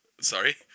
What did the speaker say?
Sorry